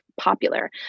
popular